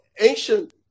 ancient